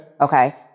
Okay